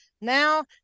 Now